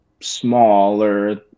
Smaller